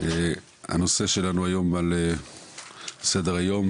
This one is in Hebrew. הנושא שלנו היום על סדר היום,